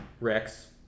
Rex